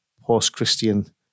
post-Christian